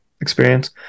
experience